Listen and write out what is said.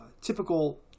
typical